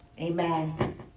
Amen